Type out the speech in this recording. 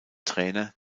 trainer